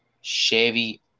Chevy